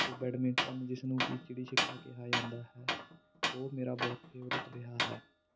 badminton ਜਿਸ ਨੂੰ ਕਿ ਚਿੜੀ ਛਿੱਕਾ ਕਿਹਾ ਜਾਂਦਾ ਹੈ ਉਹ ਮੇਰਾ ਬਹੁਤ ਫੇਵਰੇਟ ਰਿਹਾ ਹੈ